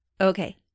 Okay